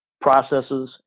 processes